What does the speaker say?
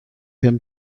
him